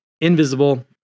Invisible